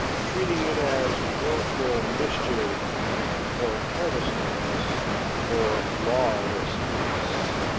treating it as willful mischief or carelessness or lawlessness.